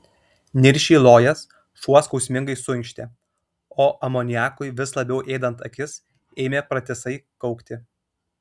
niršiai lojęs šuo skausmingai suinkštė o amoniakui vis labiau ėdant akis ėmė pratisai kaukti